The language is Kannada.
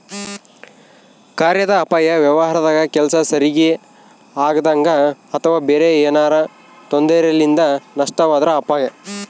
ಕಾರ್ಯಾದ ಅಪಾಯ ವ್ಯವಹಾರದಾಗ ಕೆಲ್ಸ ಸರಿಗಿ ಆಗದಂಗ ಅಥವಾ ಬೇರೆ ಏನಾರಾ ತೊಂದರೆಲಿಂದ ನಷ್ಟವಾದ್ರ ಅಪಾಯ